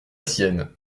sienne